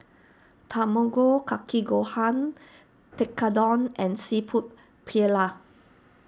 Tamago Kake Gohan Tekkadon and Seafood Paella